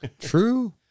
True